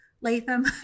Latham